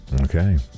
Okay